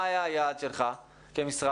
מה היה היעד שלך כמשרד?